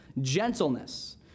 gentleness